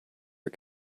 are